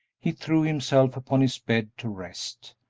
he threw himself upon his bed to rest,